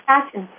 Passion